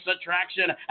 Attraction